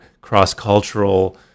cross-cultural